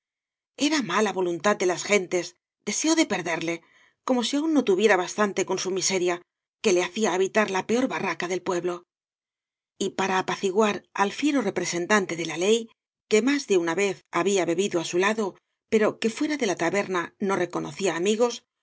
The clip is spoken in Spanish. era mala voluntad de las gentes deseo de perderle como si aun no tuviera bastante con su miseria que le hacía habitar la peor barraca del pueblo y para apaciguar al fiero representante de la ley que más de una vez v blasgo ibáñbz había bebido á bu lado pero que fuera de la taberna no reconocía amigos